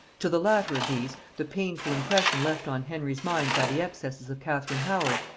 to the latter of these, the painful impression left on henry's mind by the excesses of catherine howard,